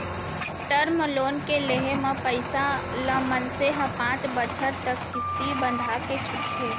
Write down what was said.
term loan के लेहे म पइसा ल मनसे ह पांच बछर तक किस्ती बंधाके छूटथे